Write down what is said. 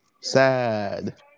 sad